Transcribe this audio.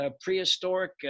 prehistoric